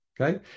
Okay